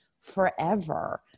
forever